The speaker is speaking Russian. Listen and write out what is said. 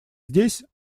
здесь